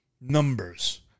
numbers